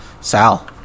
Sal